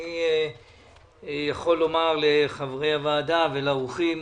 אני יכול לומר לחברי הוועדה ולאורחים,